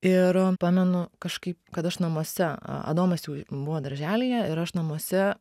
ir pamenu kažkaip kad aš namuose adomas jau buvo darželyje ir aš namuose